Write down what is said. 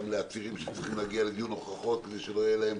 גם לעצירים שצריכים להגיע לדיון הוכחות כדי שלא יהיה להם